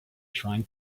trying